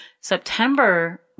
September